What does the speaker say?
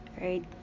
Right